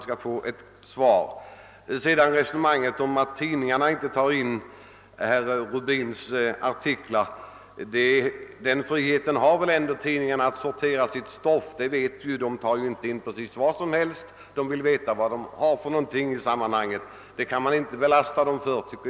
Beträffande resonemanget om att tidningarna inte tar in herr Rubins artik lar vill jag framhålla, att tidningarna väl ändå bör ha friheten att sortera sitt stoff. De tar ju inte in precis vad som helst, och det tycker jag inte att man bör klandra dem för.